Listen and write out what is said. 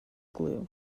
glue